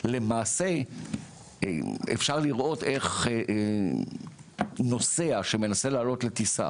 למעשה אפשר לראות איך נוסע שמנסה לעלות לטיסה